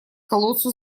колодцу